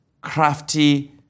crafty